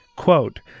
Quote